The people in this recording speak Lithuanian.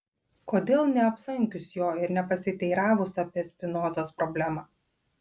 kodėl neaplankius jo ir nepasiteiravus apie spinozos problemą